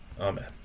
Amen